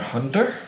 Hunter